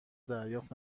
دریافت